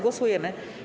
Głosujemy.